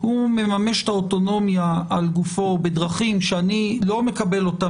הוא מממש את האוטונומיה על גופו בדרכים שאני לא מקבל אותן